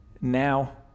now